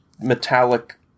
metallic